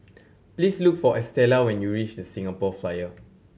please look for Estella when you reach The Singapore Flyer